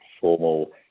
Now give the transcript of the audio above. formal